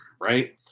right